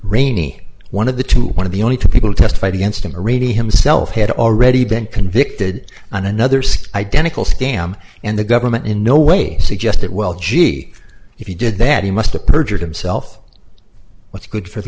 rainey one of the two one of the only two people testified against him reading himself had already been convicted on another sky identical scam and the government in no way suggested well gee if you did that you must to perjure himself what's good for the